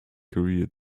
career